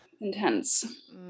intense